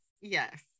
yes